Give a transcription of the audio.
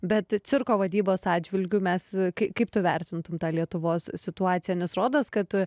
bet cirko vadybos atžvilgiu mes kai kaip tu vertintum tą lietuvos situaciją nes rodos kad